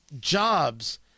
jobs